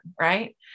Right